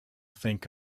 think